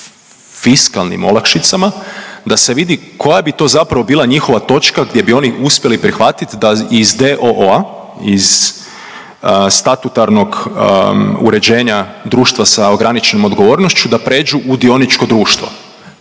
fiskalnim olakšicama da se vidi koja bi to zapravo bila njihova točka gdje bi oni uspjeli prihvatiti da iz d.o.o., iz statutarnog uređenja društva sa ograničenom odgovornošću da pređu u dioničko društvo.